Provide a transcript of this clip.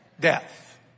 death